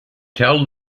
tell